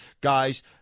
Guys